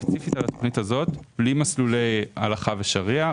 ספציפית על התכנית הזו, בלי מסלולי הלכה ושריעה.